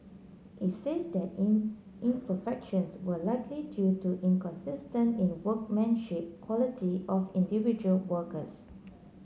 it says that imperfections were likely due to inconsistent in workmanship quality of individual workers